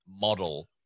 model